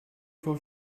vor